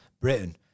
Britain